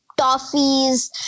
Toffees